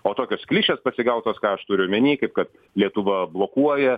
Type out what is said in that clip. o tokios klišės pasigautos ką aš turiu omeny kaip kad lietuva blokuoja